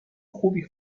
خوبی